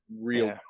real